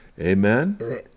Amen